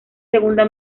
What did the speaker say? segunda